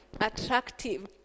attractive